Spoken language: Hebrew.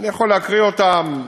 אני יכול להקריא אותם.